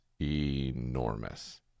enormous